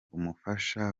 umufasha